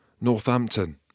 Northampton